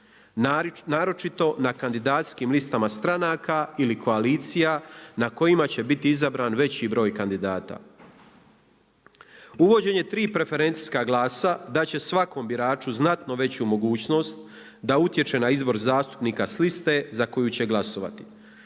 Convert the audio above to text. naročito na kandidacijskim listama stranaka ili koalicija na kojima će biti izabran veći broj kandidata. Uvođenjem tri preferencijska glasa dat će svakom biraču znatno veću mogućnost da utječe na izbor zastupnika s liste za koju će glasovati.